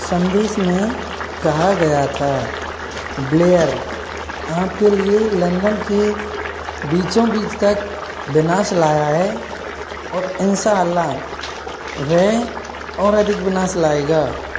संदेश में कहा गया था ब्लेयर आपके लिए लंदन के बीचों बीच तक विनाश लाया है और इंशा अल्लाह वह और अधिक विनाश लाएगा